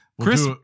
Chris